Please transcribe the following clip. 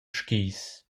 skis